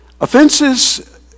offenses